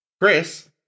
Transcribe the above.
Chris